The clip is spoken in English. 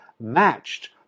matched